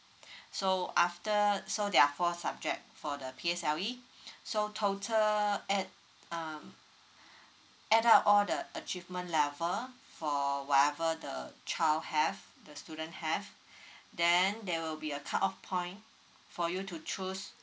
so after so there are four subject for the P_S_L_E so total add um add up all the achievement level for whatever the child have the student have then there will be a cut off point for you to choose